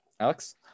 Alex